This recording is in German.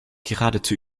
geradezu